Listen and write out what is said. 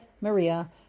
Maria